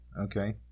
okay